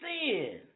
sin